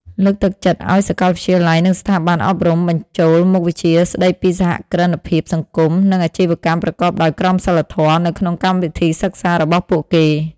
លើកទឹកចិត្តឱ្យសាកលវិទ្យាល័យ និងស្ថាប័នអប់រំ បញ្ចូលមុខវិជ្ជាស្តីពីសហគ្រិនភាពសង្គម និងអាជីវកម្មប្រកបដោយក្រមសីលធម៌នៅក្នុងកម្មវិធីសិក្សារបស់ពួកគេ ។